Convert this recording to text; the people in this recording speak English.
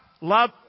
love